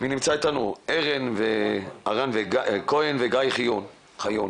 לערן כהן ולגיא חיון.